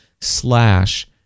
slash